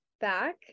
back